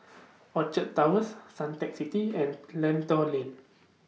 Orchard Towers Suntec City and Lentor Lane